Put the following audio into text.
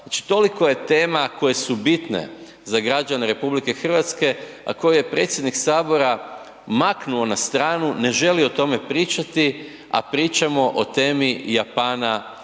znači toliko je tema koje su bitne za građane RH, a koje je predsjednik Sabora maknuo na stranu, ne želi o tome pričati, a pričamo o temi Japana i